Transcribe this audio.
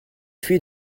fui